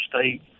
state